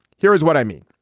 here is what i mean.